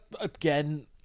Again